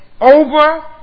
Over